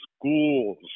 schools